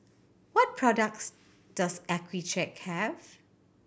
what products does Accucheck have